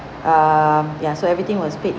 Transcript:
err ya so everything was paid